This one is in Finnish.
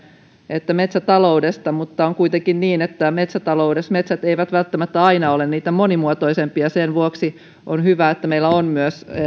että metsätaloudesta mutta on kuitenkin niin että metsätaloudessa metsät eivät välttämättä aina ole niitä monimuotoisimpia sen vuoksi on hyvä että meillä on myös